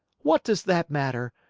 what does that matter?